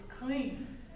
clean